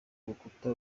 rukuta